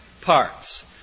parts